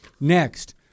Next